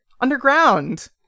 underground